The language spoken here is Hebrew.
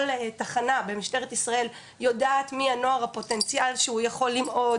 כל תחנה במשטרה ישראל יודעת מי הנוער הפוטנציאל שהוא יכול למעוד